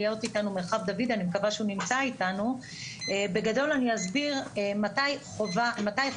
אני אומר שיש כאלה שמתאמים אתנו,